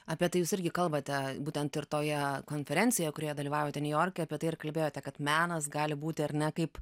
apie tai jūs irgi kalbate būtent ir toje konferencijoj kurioje dalyvavote niujorke apie tai ir kalbėjote kad menas gali būti ar ne kaip